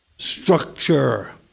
Structure